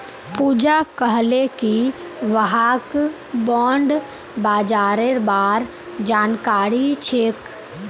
पूजा कहले कि वहाक बॉण्ड बाजारेर बार जानकारी छेक